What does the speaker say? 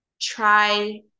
try